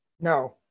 no